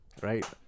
right